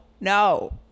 no